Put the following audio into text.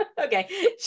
okay